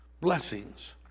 Blessings